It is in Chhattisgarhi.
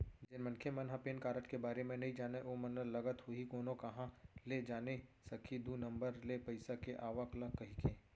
जेन मनखे मन ह पेन कारड के बारे म नइ जानय ओमन ल लगत होही कोनो काँहा ले जाने सकही दू नंबर ले पइसा के आवक ल कहिके